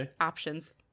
options